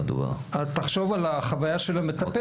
תחשוב על החוויה של המטפל,